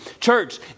Church